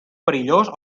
perillós